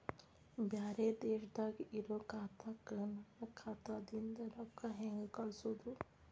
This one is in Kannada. ಬ್ಯಾರೆ ದೇಶದಾಗ ಇರೋ ಖಾತಾಕ್ಕ ನನ್ನ ಖಾತಾದಿಂದ ರೊಕ್ಕ ಹೆಂಗ್ ಕಳಸೋದು?